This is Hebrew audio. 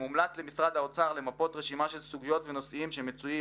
מומלץ למשרד האוצר למפות רשימת סוגיות ונושאים המצויים